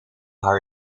haar